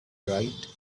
bright